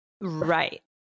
Right